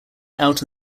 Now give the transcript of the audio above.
out